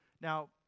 Now